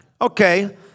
Okay